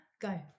Go